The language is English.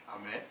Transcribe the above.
Amen